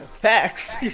Facts